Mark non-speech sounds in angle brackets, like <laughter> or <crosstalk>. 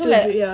<noise> ya